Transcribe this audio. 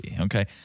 Okay